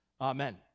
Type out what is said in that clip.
Amen